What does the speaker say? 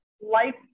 life